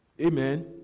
Amen